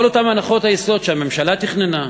כל אותן הנחות היסוד שהממשלה תכננה,